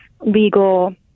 legal